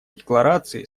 декларации